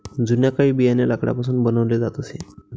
जुन्या काळी बियाणे लाकडापासून बनवले जात असे